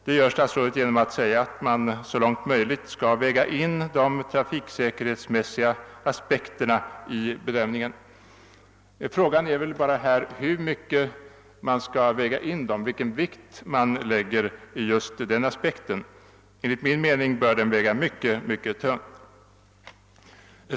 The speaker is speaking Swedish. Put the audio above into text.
Det gör statsrådet genom att säga att man så långt möjligt skall väga in de trafiksäkerhetsmässiga aspekterna i bedömningen. Frågan är väl bara hur stor vikt man lägger vid just dessa aspekter. Enligt min mening bör de väga mycket tungt.